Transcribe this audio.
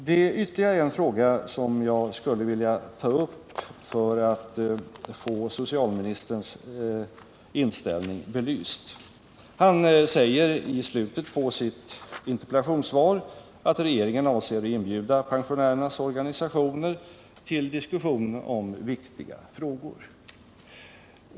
Det är ytterligare en fråga som jag skulle vilja ta upp för att få socialministerns inställning belyst. Han säger i slutet av sitt interpellationssvar att regeringen avser att inbjuda pensionärernas organisationer till diskussion om viktiga frågor.